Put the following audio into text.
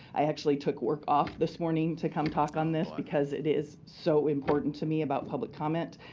i actually took work off this morning to come talk on this because it is so important to me about public comment.